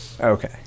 Okay